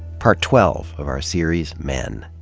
part twelve of our series, men.